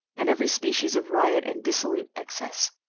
and every species of riot and dissolute excess.